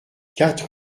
quatre